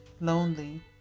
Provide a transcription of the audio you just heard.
lonely